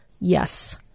Yes